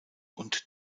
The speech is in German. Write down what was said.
und